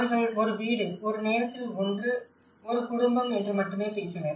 அவர்கள் ஒரு வீடு ஒரு நேரத்தில் ஒன்று ஒரு குடும்பம் என்று மட்டுமே பேசினர்